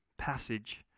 passage